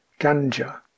Ganja